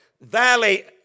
valley